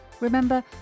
Remember